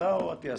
אתה או אטיאס?